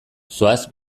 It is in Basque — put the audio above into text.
zoaz